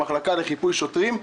המחלקה לחיפוי שוטרים,